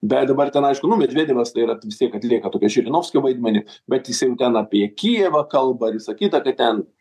beje dabar ten aišku nu medvedevas tai yra vis tiek atlieka tokį žirinovskio vaidmenį bet jisai jau ten apie kijevą kalba ir visa kita tai ten